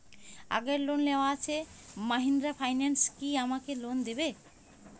আগের লোন নেওয়া আছে মাহিন্দ্রা ফাইন্যান্স কি আমাকে লোন দেবে?